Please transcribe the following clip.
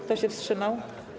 Kto się wstrzymał?